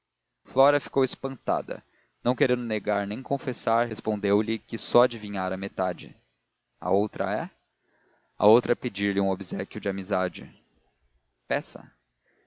flora ficou espantada não querendo negar nem confessar respondeu-lhe que só adivinhara metade a outra é a outra é pedir-lhe um obséquio de amizade peça